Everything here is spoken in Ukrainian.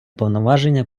повноваження